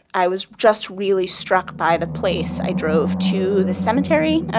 i was just really struck by the place. i drove to the cemetery,